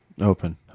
Open